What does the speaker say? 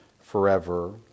forever